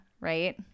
right